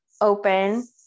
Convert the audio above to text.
open